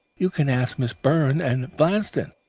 you can ask miss byrne and blanston.